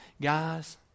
guys